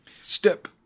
Step